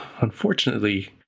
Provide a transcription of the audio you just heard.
unfortunately